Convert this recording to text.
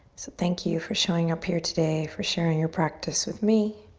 thank you for showing up here today, for sharing your practice with me